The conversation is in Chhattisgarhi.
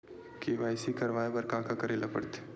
के.वाई.सी करवाय बर का का करे ल पड़थे?